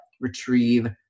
retrieve